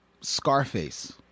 Scarface